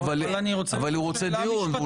לא, אבל הוא רוצה דיון.